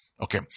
Okay